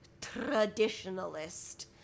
traditionalist